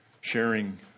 sharing